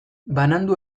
banandu